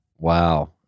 Wow